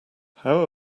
how